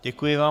Děkuji vám.